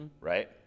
right